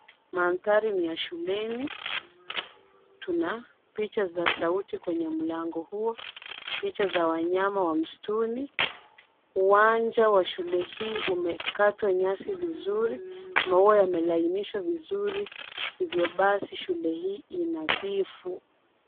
Mandhari ni ya shuleni. Tuna picha za sauti kwenye mlango huo, picha za wanyama wa msituni. Uwanja wa shule hii umekatwa nyasi vizuri, maua yamelainishwa vizuri, hivyo basi shule hii ni nadhifu.